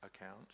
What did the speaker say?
account